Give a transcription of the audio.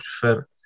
prefer